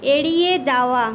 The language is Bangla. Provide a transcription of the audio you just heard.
এড়িয়ে যাওয়া